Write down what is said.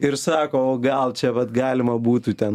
ir sako o gal čia vat galima būtų ten